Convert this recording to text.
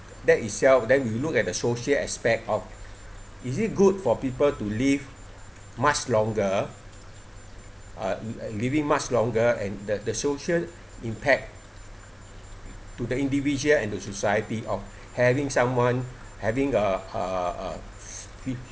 that itself then you look at the social aspect of is it good for people to live much longer uh living much longer and the the social impact to the individual and the society of having someone having uh uh uh h~